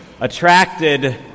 attracted